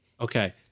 okay